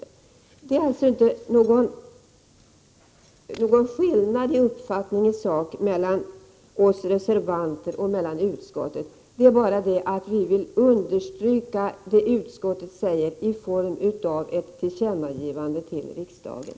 Det föreligger alltså inte någon åsiktsskillnad i sak mellan oss reservanter och utskottsmajoriteten. Vi reservanter vill emellertid understryka det som utskottet säger i form av ett tillkännagivande | till regeringen.